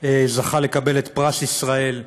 זכה לקבל את פרס ישראל,